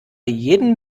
jedem